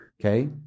Okay